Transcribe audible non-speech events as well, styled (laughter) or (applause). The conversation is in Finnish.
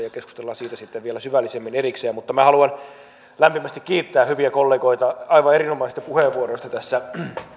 (unintelligible) ja keskustellaan siitä sitten vielä syvällisemmin erikseen mutta minä haluan lämpimästi kiittää hyviä kollegoita aivan erinomaisista puheenvuoroista tässä